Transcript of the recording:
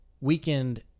Weekend